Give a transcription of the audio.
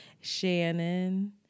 Shannon